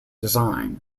design